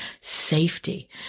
safety